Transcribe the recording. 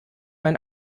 mein